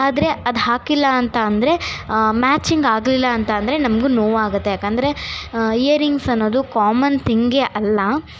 ಆದರೆ ಅದು ಹಾಕಿಲ್ಲ ಅಂತ ಅಂದರೆ ಮ್ಯಾಚಿಂಗ್ ಆಗ್ಲಿಲ್ಲ ಅಂತೆಂದ್ರೆ ನಮಗು ನೋವಾಗುತ್ತೆ ಯಾಕೆಂದ್ರೆ ಇಯರಿಂಗ್ಸ್ ಅನ್ನೋದು ಕಾಮನ್ ತಿಂಗೇ ಅಲ್ಲ